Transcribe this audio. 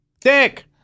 Dick